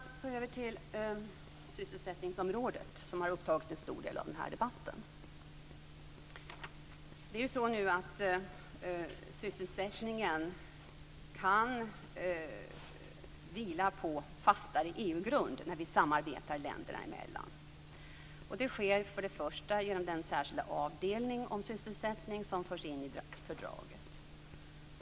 Så över till sysselsättningsområdet, som har upptagit en stor del av debatten. Sysselsättningen kan vila på en fastare EU-grund när vi samarbetar länderna emellan. Det sker för det första i den särskilda avdelning om sysselsättning som förs in i fördraget.